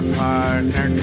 partner